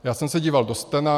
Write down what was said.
Já jsem se díval do stena.